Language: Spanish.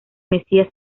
mesías